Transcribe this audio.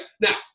Now